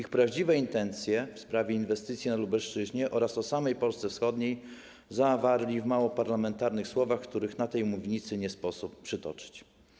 Swe prawdziwe intencje w sprawie inwestycji na Lubelszczyźnie oraz samej Polski wschodniej zawarli oni w mało parlamentarnych słowach, których na tej mównicy nie sposób przytoczyć.